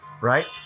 right